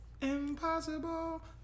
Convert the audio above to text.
Impossible